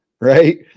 right